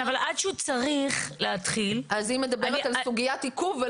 כן אבל עד שהוא צריך להתחיל --- היא מדברת על סוגיית עיכוב.